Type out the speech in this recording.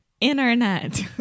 Internet